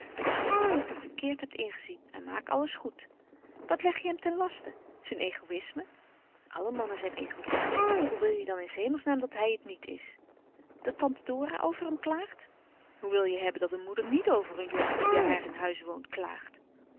dat je zijn karakter verkeerd hebt ingezien en maak alles goed wat leg je hem ten laste zijn egoïsme alle mannen zijn egoïst hoe wil je dan in s hemelsnaam dat hij het niet is dat tante dora over hem klaagt hoe wil je hebben dat een moeder niet over een jongen die bij haar in huis woont klaagt